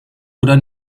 oder